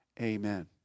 Amen